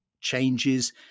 changes